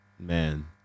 Man